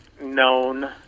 known